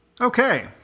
Okay